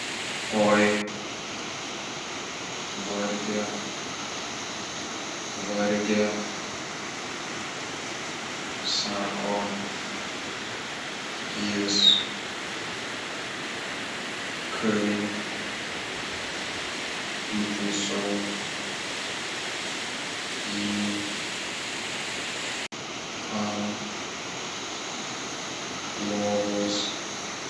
oi varge varge sako jis kai įtaisau jį ant lovos